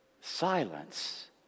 silence